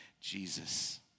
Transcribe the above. Jesus